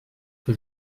que